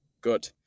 Good